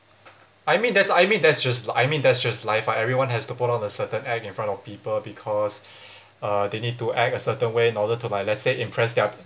I mean that's I mean that's just I mean that's just life lah everyone has to put on a certain act in front of people because uh they need to act a certain way in order to like let's say impress their